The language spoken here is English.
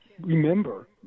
remember